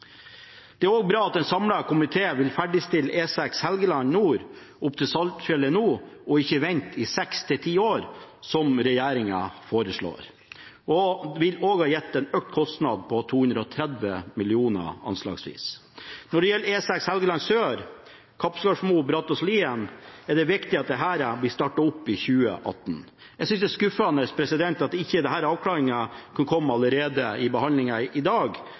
Det er også bra at en samlet komité vil ferdigstille E6 Helgeland nord opp til Saltfjellet nå og ikke vente i seks–ti år, som regjeringen foreslår. Det ville gitt en økt kostnad på anslagsvis 230 mill. kr. Når det gjelder E6 Helgeland sør, Kappskarmo–Brattås–Lien, er det viktig at dette blir startet opp i 2018. Jeg synes det er skuffende at ikke denne avklaringen kunne komme allerede i behandlingen i dag